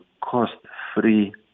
cost-free